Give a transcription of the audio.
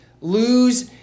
lose